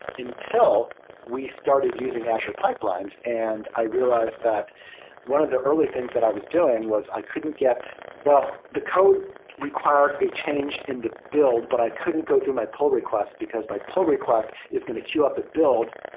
until we started using azure pipelines, and i realized that one of the early things that i was doing was i couldn't get well, the code required a change in the build, but i couldn't go through my pull request, because my pull request is going to queue up a build,